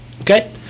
Okay